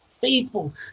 faithful